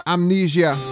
Amnesia